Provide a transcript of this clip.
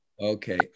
Okay